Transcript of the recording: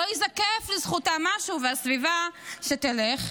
לא ייזקף לזכותה משהו, והסביבה, שתלך,